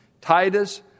Titus